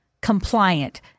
compliant